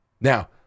Now